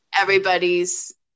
everybody's